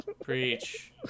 preach